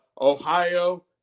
Ohio